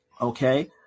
okay